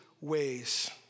ways